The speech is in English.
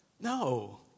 No